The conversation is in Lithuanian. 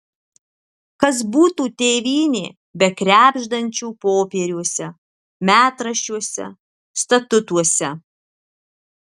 kas būtų tėvynė be krebždančių popieriuose metraščiuose statutuose